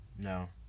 No